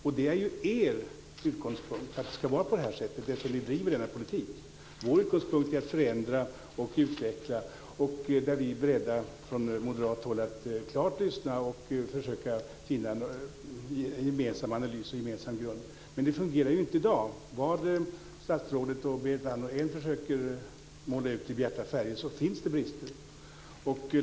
Och det är ju er utgångspunkt att det ska vara på det här sättet, eftersom ni driver denna politik. Vår utgångspunkt är att förändra och utveckla, och från moderat håll är vi beredda att lyssna och försöka finna en gemensam analys och en gemensam grund. Men det fungerar ju inte i dag. Vad än statsrådet och Berit Andnor försöker utmåla i bjärta färger finns det brister.